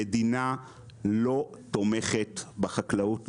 המדינה לא תומכת בחקלאות,